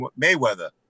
Mayweather